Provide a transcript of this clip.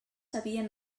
havien